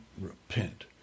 repent